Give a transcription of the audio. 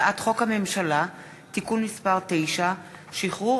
הצעת חוק הממשלה (תיקון מס' 9) (שחרור